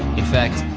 in fact,